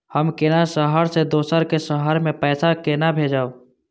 हम केना शहर से दोसर के शहर मैं पैसा केना भेजव?